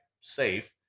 safe